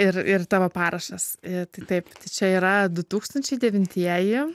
ir ir tavo parašas ir tai taip čia yra du tūkstančiai devintieji